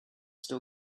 still